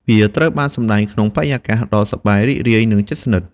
វាត្រូវបានសម្តែងក្នុងបរិយាកាសដ៏សប្បាយរីករាយនិងជិតស្និទ្ធ។